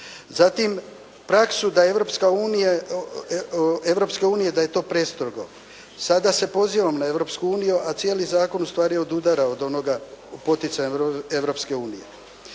Zatim praksu da Europska unija, Europske unije da je to prestrogo. Sada se pozivam na Europsku uniju, a cijeli zakon ustvari odudara od onoga poticaja Europske unije.